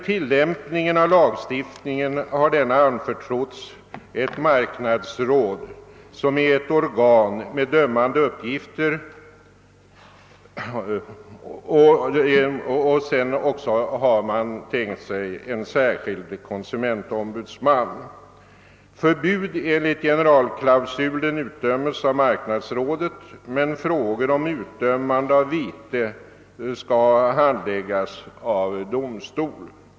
Tillämpningen av lagstiftningen har anförtrotts ett marknadsråd som är ett organ med dömande uppgifter, och sedan har man även tänkt sig en särskild konsumentombudsman. Förbud enligt generalklausulen meddelas av marknadsrådet, men frågor om utdömande av vite skall handläggas av domstol.